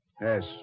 Yes